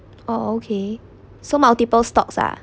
oh okay so multiple stocks ah